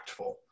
impactful